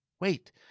Wait